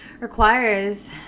Requires